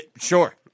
Sure